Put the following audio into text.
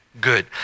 good